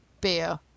beer